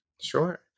Sure